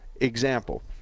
Example